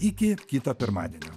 iki kito pirmadienio